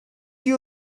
you